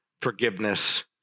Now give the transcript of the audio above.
Forgiveness